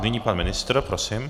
Nyní pan ministr, prosím.